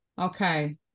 Okay